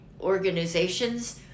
organizations